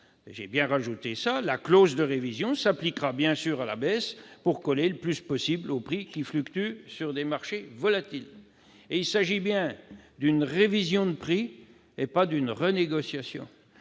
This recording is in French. précision -, la clause de révision s'appliquera bien sûr à la baisse pour coller le plus possible aux prix qui fluctuent sur des marchés volatils. J'ajoute qu'il s'agit bien d'une révision de prix et non d'une renégociation,